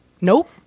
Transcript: Nope